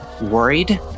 worried